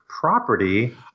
property